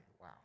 Wow